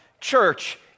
church